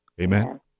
Amen